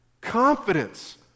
confidence